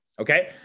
Okay